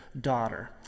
daughter